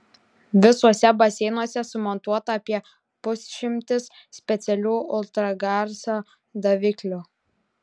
visuose baseinuose sumontuota apie pusšimtis specialių ultragarso daviklių